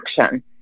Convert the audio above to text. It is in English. action